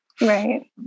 Right